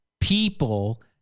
people